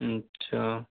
اچھا